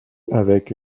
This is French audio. avec